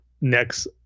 next